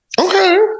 Okay